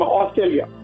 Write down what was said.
Australia